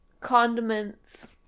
Condiments